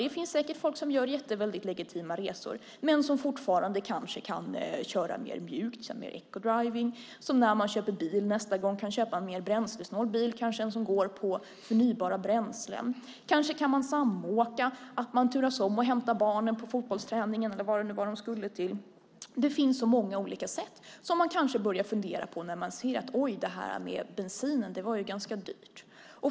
Det finns säkert folk som gör legitima resor men som fortfarande kan köra mer mjukt, som eco driving eller att man nästa gång köper en mer bränslesnål bil som går på förnybara bränslen. Kanske kan man samåka, turas om att hämta barnen på fotbollsträningen eller vad de ska till. Det finns många olika sätt som man kanske börjar fundera på när man ser att bensinen är ganska dyr.